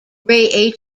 ray